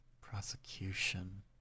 Prosecution